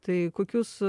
tai kokius